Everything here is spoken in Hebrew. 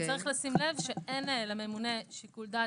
גם צריך לשים לב שלממונה אין שיקול דעת.